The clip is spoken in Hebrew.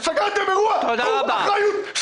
סגרתם אירוע קחו אחריות.